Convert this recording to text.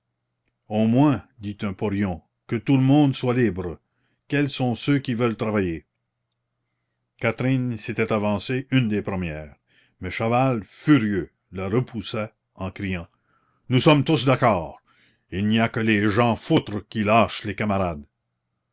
au moins dit un porion que tout le monde soit libre quels sont ceux qui veulent travailler catherine s'était avancée une des premières mais chaval furieux la repoussa en criant nous sommes tous d'accord il n'y a que les jean foutre qui lâchent les camarades